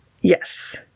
yes